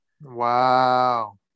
Wow